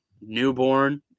newborn